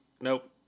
nope